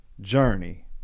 journey